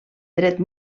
dret